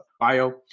bio